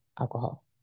alcohol